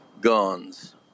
guns